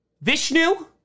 Vishnu